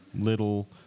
little